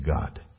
God